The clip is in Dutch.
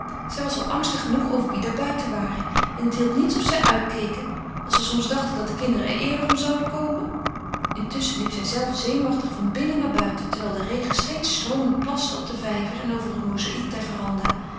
zij was al angstig genoeg over wie daar buiten waren en het hielp niets of zij uitkeken als ze soms dachten dat de kinderen er eerder om zouden komen intusschen liep zijzelve zenuwachtig van binnen naar buiten terwijl de regen steeds stroomend plaste op den vijver en over het mozaïek der verandah